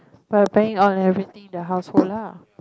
but you're planning on everything the household lah